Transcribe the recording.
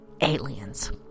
aliens